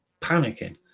panicking